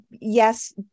yes